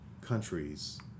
countries